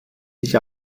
sich